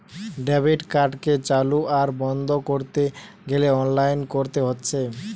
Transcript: debit কার্ডকে চালু আর বন্ধ কোরতে গ্যালে অনলাইনে কোরতে হচ্ছে